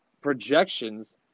projections